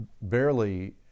barely